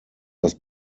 das